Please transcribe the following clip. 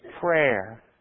prayer